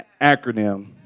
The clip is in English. acronym